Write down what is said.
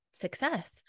success